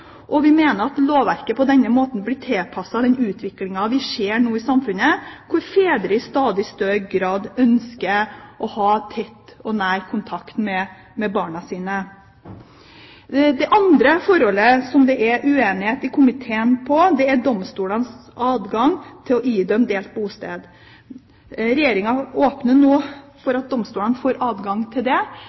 og vi mener at lovverket på denne måten blir tilpasset den utviklingen vi ser i samfunnet nå, hvor fedre i stadig større grad ønsker å ha tett og nær kontakt med barna sine. Det andre forholdet som det er uenighet i komiteen om, er domstolenes adgang til å idømme delt bosted. Regjeringen åpner nå for at domstolene får adgang til det.